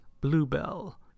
Bluebell